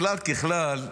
בכלל, ככלל,